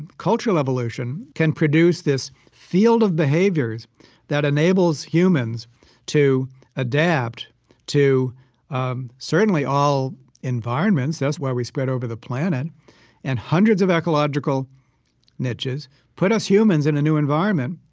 cultural evolution can produce this field of behaviors that enables humans to adapt to um certainly all environments. that's why we spread over the planet and hundreds of ecological niches put us humans in a new environment.